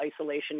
isolation